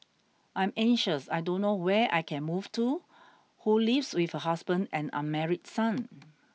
I'm anxious I don't know where I can move to who lives with her husband and unmarried son